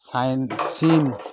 sign চীন